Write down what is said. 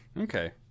Okay